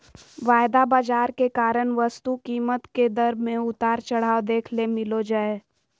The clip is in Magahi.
वायदा बाजार के कारण वस्तु कीमत के दर मे उतार चढ़ाव देखे ले मिलो जय